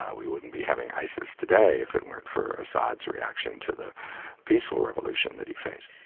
ah we wouldn't be having isis today if it weren't for assad's reaction to the peaceful revolution that he faced.